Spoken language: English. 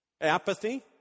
Apathy